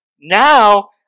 Now